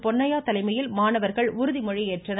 பொன்னையா தலைமையில் மாணவர்கள் உறுதி மொழி ஏற்றனர்